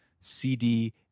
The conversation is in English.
CD